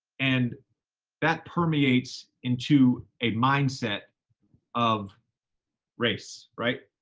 and that permeates into a mindset of race, right?